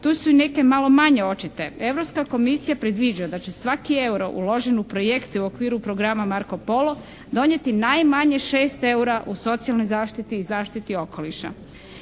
Tu su i neke malo manje očite. Europska komisija predviđa da će svaki euro uložen u projekte u okviru programa "Marko Polo" donijeti najmanje 6 eura u socijalnoj zaštiti i zaštiti okoliša.